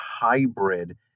hybrid